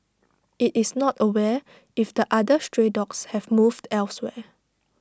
IT is not aware if the other stray dogs have moved elsewhere